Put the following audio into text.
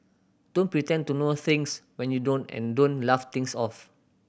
don't pretend to know things when you don't and don't laugh things off